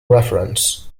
reference